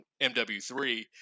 MW3